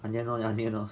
onion lor onion lor